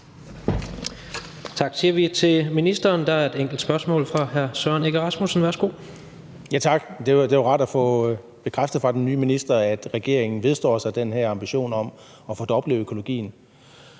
Tak siger vi til ministeren. Der er et enkelt spørgsmål fra hr. Søren Egge Rasmussen. Værsgo. Kl. 20:42 Søren Egge Rasmussen (EL): Tak. Det var rart at få bekræftet af den nye minister, at regeringen vedstår sig den her ambition om at fordoble økologien.